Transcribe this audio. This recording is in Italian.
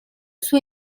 suo